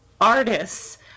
artists